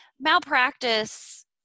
malpractice